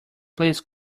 please